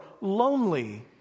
lonely